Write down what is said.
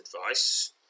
advice